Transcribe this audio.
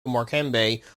morecambe